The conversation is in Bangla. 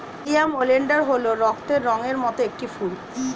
নেরিয়াম ওলিয়েনডার হল রক্তের রঙের মত একটি ফুল